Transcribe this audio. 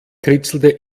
kritzelte